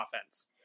offense